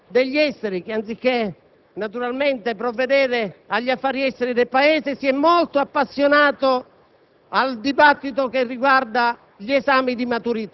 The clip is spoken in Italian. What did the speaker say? Abbiamo registrato in questi due giorni di dibattito la costante presenza in Aula del Ministro Guardasigilli